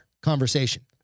conversation